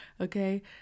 Okay